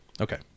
Okay